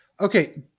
Okay